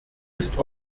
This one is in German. ist